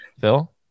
Phil